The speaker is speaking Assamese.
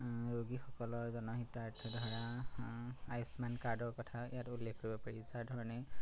ৰোগীসকলৰ জনহিতাৰ্থে ধৰা আয়ুস্মান কাৰ্ডৰ কথা ইয়াত উল্লেখ কৰিব পাৰি যাৰ ধৰণে